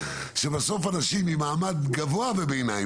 שבסוף אנשים ממעמד גבוה וביניים,